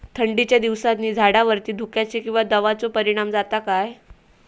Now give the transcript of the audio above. थंडीच्या दिवसानी झाडावरती धुक्याचे किंवा दवाचो परिणाम जाता काय?